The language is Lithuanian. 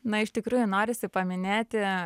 na iš tikrųjų norisi paminėti